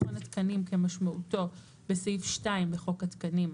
מכון התקנים כמשמעותו בסעיף 2 לחוק התקנים,